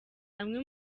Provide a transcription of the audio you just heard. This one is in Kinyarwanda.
amwe